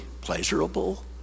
pleasurable